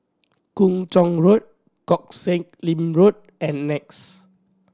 Kung Chong Road Koh Sek Lim Road and NEX